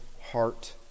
heart